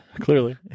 Clearly